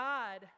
God